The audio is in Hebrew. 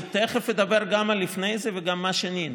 אני תכף אדבר גם על לפני זה וגם מה שינינו.